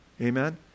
Amen